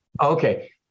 Okay